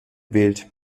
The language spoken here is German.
wählt